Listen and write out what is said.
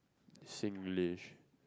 Singlish